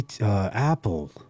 Apple